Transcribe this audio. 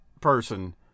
person